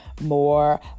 more